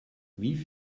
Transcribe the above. wie